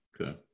okay